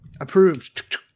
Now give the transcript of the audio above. approved